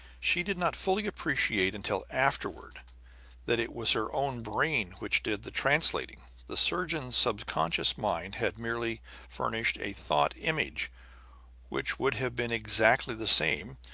she did not fully appreciate until afterward that it was her own brain which did the translating the surgeon's subconscious mind had merely furnished a thought-image which would have been exactly the same,